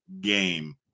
game